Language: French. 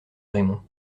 raymond